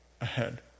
ahead